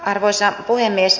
arvoisa puhemies